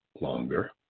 longer